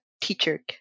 teacher